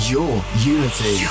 YourUnity